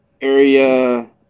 area